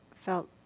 felt